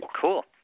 Cool